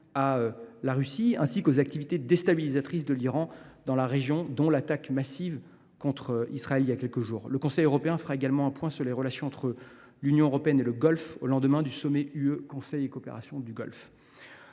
à la Russie et aux activités déstabilisatrices de l’Iran dans la région, dont la récente attaque massive contre Israël. Le Conseil européen fera également un point sur les relations entre l’Union européenne et le Golfe, au lendemain du sommet UE Conseil de coopération du Golfe.